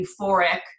euphoric